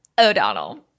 O'Donnell